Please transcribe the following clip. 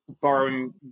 borrowing